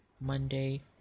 Monday